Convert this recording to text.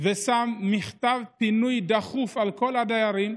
ושם מכתב פינוי דחוף לכל הדיירים.